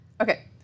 Okay